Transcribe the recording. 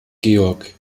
georg